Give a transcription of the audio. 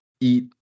eat